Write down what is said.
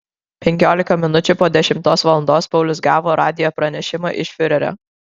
penkiolika minučių po dešimtos valandos paulius gavo radijo pranešimą iš fiurerio